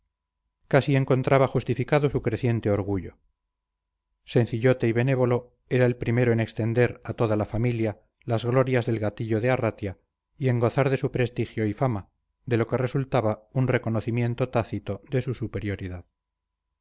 casi encontraba justificado su creciente orgullo sencillote y benévolo era el primero en extender a toda la familia las glorias del gallito de arratia y en gozar de su prestigio y fama de lo que resultaba un reconocimiento tácito de su superioridad